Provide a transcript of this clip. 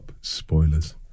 spoilers